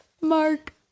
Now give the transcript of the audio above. Mark